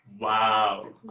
Wow